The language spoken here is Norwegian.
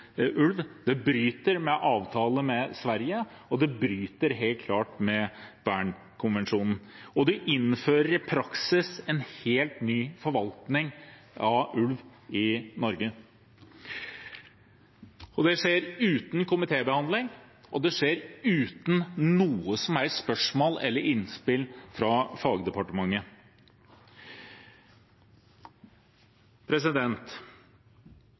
ulv. Det bryter med avtalen med Sverige, det bryter helt klart med Bernkonvensjonen, og det innfører i praksis en helt ny forvaltning av ulv i Norge. Det skjer uten komitébehandling, og det skjer uten noen som helst spørsmål eller innspill fra